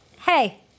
Hey